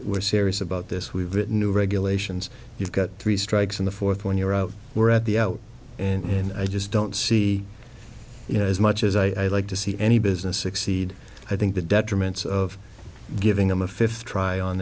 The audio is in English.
we're serious about this we've written new regulations you've got three strikes in the fourth when you're out we're at the out and i just don't see you know as much as i'd like to see any business succeed i think the detriments of giving them a fifth try on